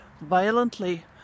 violently